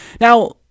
Now